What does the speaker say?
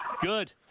Good